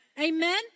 Amen